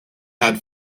had